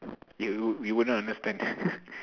you you wouldn't understand